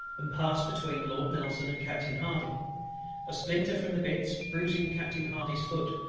and passed between lord nelson and captain hardy a splinter from the bits bruising captain hardy's foot,